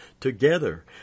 together